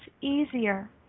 easier